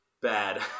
bad